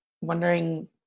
wondering